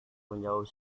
menjawab